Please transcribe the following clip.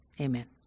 Amen